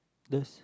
those